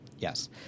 Yes